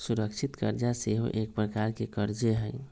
सुरक्षित करजा सेहो एक प्रकार के करजे हइ